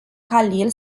khalil